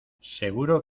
seguro